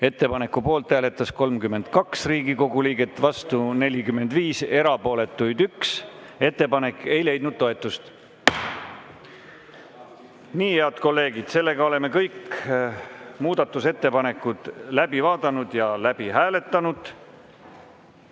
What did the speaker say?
Ettepaneku poolt hääletas 32 Riigikogu liiget, vastu on 45 ja erapooletuid 1. Ettepanek ei leidnud toetust. Nii, head kolleegid, oleme kõik muudatusettepanekud läbi vaadanud ja läbi hääletanud.